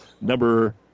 Number